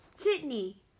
Sydney